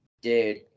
Dude